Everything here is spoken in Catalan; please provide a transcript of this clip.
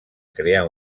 crear